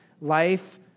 life